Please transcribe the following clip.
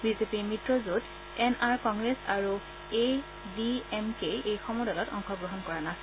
বিজেপিৰ মিত্ৰজোঁট এনআৰ কংগ্ৰেছ আৰু এড ডি এম কেই এই সমদলত অংশগ্ৰহণ কৰা নাছিল